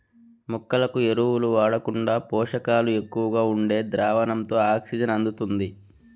మొక్కలకు ఎరువులు వాడకుండా పోషకాలు ఎక్కువగా ఉండే ద్రావణంతో ఆక్సిజన్ అందుతుంది